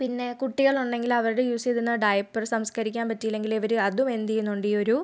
പിന്നെ കുട്ടികളുണ്ടെങ്കിൽ അവരുടെ യൂസ് ചെയ്തിരുന്ന ഡൈപ്പർ സംസ്കരിക്കാൻ പറ്റിയില്ലെങ്കിൽ അവർ അതും എന്ത് ചെയ്യുന്നുണ്ട് ഈ ഒരു